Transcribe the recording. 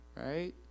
right